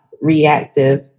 reactive